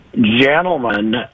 Gentlemen